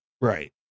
Right